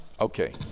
Okay